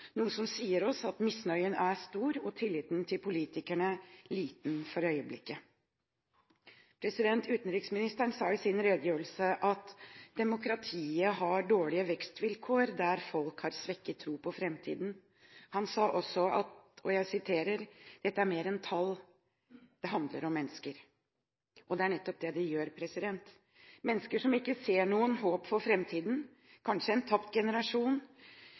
som sier oss at misnøyen er stor, og tilliten til politikerne for øyeblikket liten. Utenriksministeren sa i sin redegjørelse at «demokratiet har dårlige vekstvilkår der folk har svekket tro på framtiden». Han sa også: «Dette er mer enn tall. Det handler om mennesker.» Det er nettopp det det gjør. Mennesker som ikke ser noe håp for framtiden, kanskje en tapt generasjon,